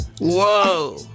Whoa